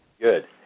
good